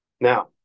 Now